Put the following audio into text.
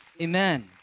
Amen